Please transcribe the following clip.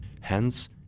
Hence